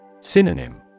Synonym